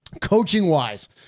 Coaching-wise